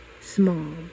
small